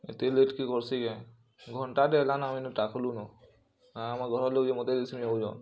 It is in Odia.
ଏତେ ଲେଟ୍ କେ କର୍ସି କେଁ ଘଣ୍ଟାଟେ ହେଲାନ ଆମେ ଇନୁ ଟାକ୍ଲୁନ ଆର୍ ଆମର୍ ଘରର୍ ଲୋକ୍ ଯେ ମତେ ରିସ୍ମି ହଉଚନ୍